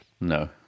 No